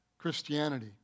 christianity